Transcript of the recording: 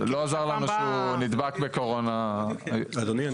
אתם צריכים לבוא עם תשובות מהותיות.